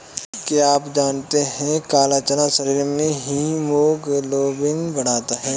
क्या आप जानते है काला चना शरीर में हीमोग्लोबिन बढ़ाता है?